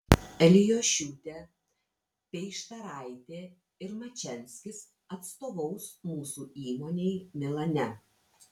elijošiūtė peištaraitė ir mačianskis atstovaus mūsų įmonei milane